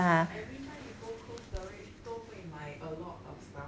but everytime you go cold storage 都会买 a lot of stuff what